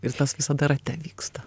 ir tas visada rate vyksta